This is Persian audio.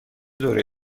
دوره